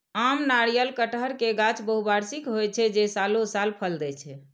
आम, नारियल, कहटर के गाछ बहुवार्षिक होइ छै, जे सालों साल फल दै छै